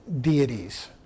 deities